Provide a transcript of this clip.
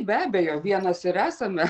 be abejo vienas esame